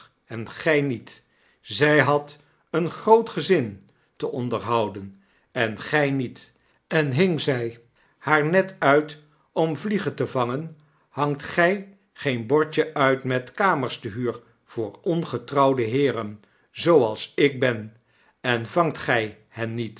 en gy niet zy had een groot gezin te onderhouden en gy niet en hing zij haar net uit om vliegen te vangen hangt gij geen bordje uit met akamers te huur voor ongetrouwde heeren zooals ik ben en vangt gy hen niet